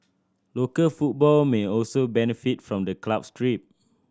local football may also benefit from the club's trip